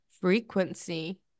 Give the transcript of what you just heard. frequency